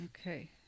Okay